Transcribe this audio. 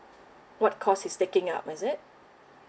what course he's taking up is it